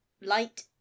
light